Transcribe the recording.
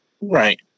Right